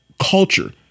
culture